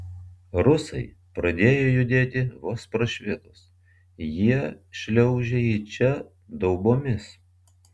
rusai pradėjo judėti vos prašvitus jie šliaužia į čia daubomis